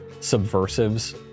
subversives